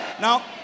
Now